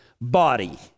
body